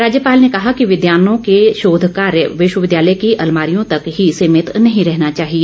राज्यपाल ने कहा कि विद्वानों के शोधकार्य विश्वविद्यालय की अल्मारियों तक ही सीमित नहीं रहने चाहिए